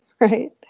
right